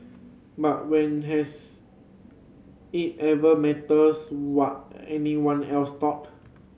but when has it ever matters what anyone else thought